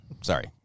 Sorry